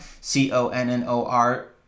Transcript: C-O-N-N-O-R